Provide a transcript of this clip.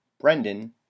brendan